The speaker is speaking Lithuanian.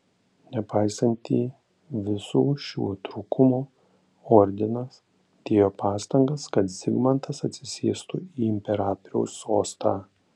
nepaisantį visų šių trūkumų ordinas dėjo pastangas kad zigmantas atsisėstų į imperatoriaus sostą